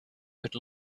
could